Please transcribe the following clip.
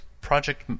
project